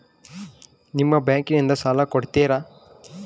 ನಿಮ್ಮ ಬ್ಯಾಂಕಿನಿಂದ ಸಾಲ ಕೊಡ್ತೇರಾ?